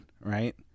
Right